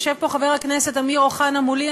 יושב פה חבר הכנסת אמיר אוחנה מולי.